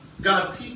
God